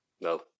No